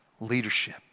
leadership